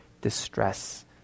distress